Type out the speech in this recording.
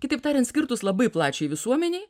kitaip tariant skirtus labai plačiai visuomenei